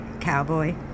cowboy